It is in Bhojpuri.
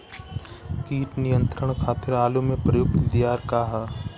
कीट नियंत्रण खातिर आलू में प्रयुक्त दियार का ह?